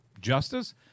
justice